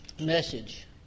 message